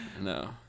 No